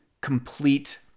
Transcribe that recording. complete